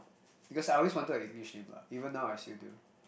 because I always wanted a English name ah even now I still do